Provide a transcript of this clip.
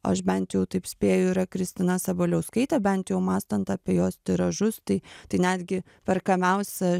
aš bent jau taip spėju yra kristina sabaliauskaitė bent jau mąstant apie jos tiražus tai tai netgi perkamiausia